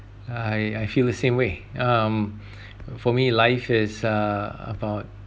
I I feel the same way um for me life is uh about